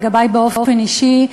לגבי באופן אישי.